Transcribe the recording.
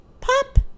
Pop